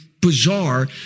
bizarre